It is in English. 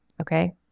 Okay